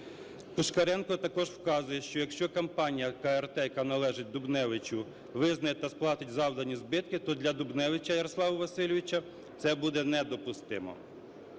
Пушкаренко також вказує, що якщо компанія КРТ, яка належить Дубневичу, визнає та сплатить завдані збитки, то для Дубневича Ярослава Васильовича це буде недопустимо.